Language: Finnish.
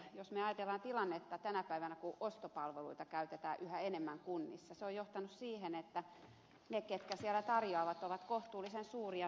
jos me ajattelemme tilannetta tänä päivänä kun ostopalveluita käytetään yhä enemmän kunnissa niin se on johtanut siihen että ne ketkä siellä tarjoavat ovat kohtuullisen suuria toimijoita